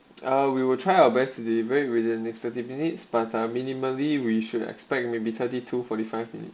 uh we will try our best to deviate within next thirty minutes past are minimally we should expect maybe thirty to forty five minute